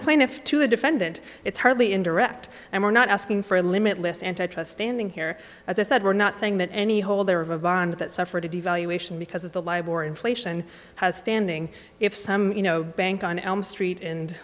the plaintiff to the defendant it's hardly indirect and we're not asking for a limitless anti trust standing here as i said we're not saying that any holder of a bond that suffered a devaluation because of the library inflation has standing if some you know bank on elm street and